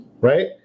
right